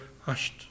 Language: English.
hushed